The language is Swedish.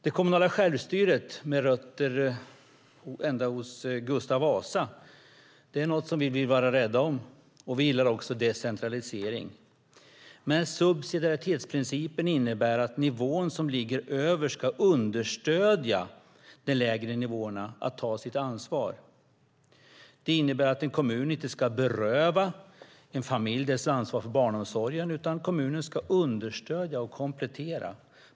Det kommunala självstyret, med rötter ända hos Gustav Vasa, är något som vi vill vara rädda om, och vi gillar också decentralisering. Men subsidiaritetsprincipen innebär att nivån som ligger över ska understödja de lägre nivåerna att ta sitt ansvar. Det innebär att en kommun inte ska beröva en familj dess ansvar för barnomsorgen, utan kommunen ska understödja och komplettera.